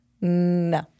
no